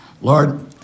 Lord